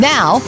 Now